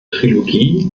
trilogie